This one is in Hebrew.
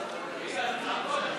דמי חכירה מהוונים